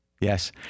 Yes